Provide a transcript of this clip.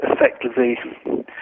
effectively